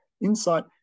insight